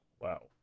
Wow